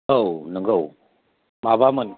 औ नंगौ माबामोन